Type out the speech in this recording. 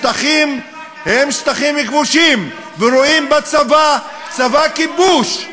בשטחים שטחים כבושים, ורואים בצבא צבא כיבוש,